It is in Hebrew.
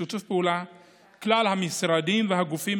בשיתוף פעולה עם כלל המשרדים והגופים,